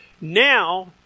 now